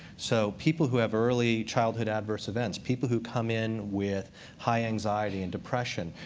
so people who have early childhood adverse events, people who come in with high anxiety and depression,